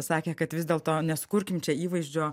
sakė kad vis dėl to nesukurkim čia įvaizdžio